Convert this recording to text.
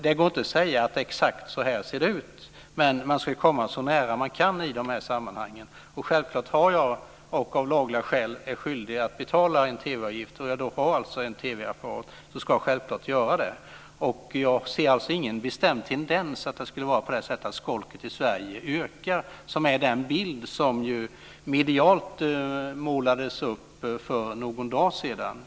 Det går alltså inte att säga: Exakt så här ser det ut. Men man ska ju komma så nära man kan i de här sammanhangen. Om man har en TV-apparat och av lagliga skäl är skyldig att betala en TV-avgift ska man självfallet göra det. Jag ser ingen bestämd tendens att det skulle vara så att skolket i Sverige ökar, vilket är den bild som medialt målades upp för någon dag sedan.